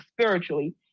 spiritually